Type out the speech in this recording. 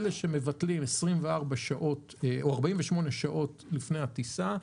אותם אלה שמבטלים 24 שעות או 48 שעות לפני הטיסה.